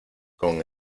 con